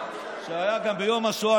והיה גם ביום השואה.